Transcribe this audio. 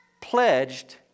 pledged